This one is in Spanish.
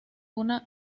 una